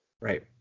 Right